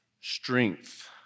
Strength